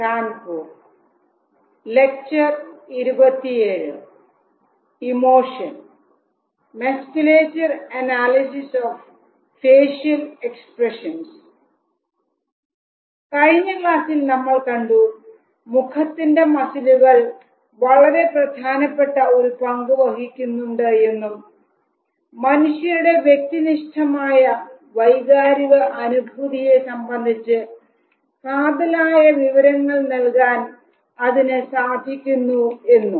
കഴിഞ്ഞ ക്ലാസ്സിൽ നമ്മൾ കണ്ടു മുഖത്തിന്റെ മസിലുകൾ വളരെ പ്രധാനപ്പെട്ട ഒരു പങ്കുവഹിക്കുന്നുണ്ട് എന്നും മനുഷ്യരുടെ വ്യക്തിനിഷ്ഠമായ ആയ വൈകാരിക അനുഭൂതിയെ സംബന്ധിച്ച് കാതലായ വിവരങ്ങൾ നൽകാൻ അതിന് സാധിക്കുന്നു എന്നും